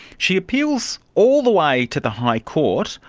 she appeals all the way to the high court.